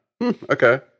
okay